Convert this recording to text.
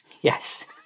Yes